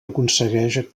aconsegueix